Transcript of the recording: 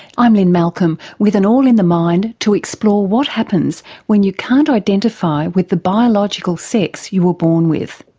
i'm lynne malcolm with an all in the mind to explore what happens when you can't identify with the biological sex you were born with.